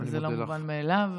זה לא מובן מאליו.